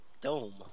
Dome